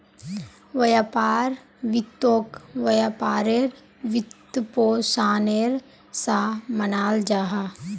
व्यापार वित्तोक व्यापारेर वित्त्पोशानेर सा मानाल जाहा